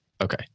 Okay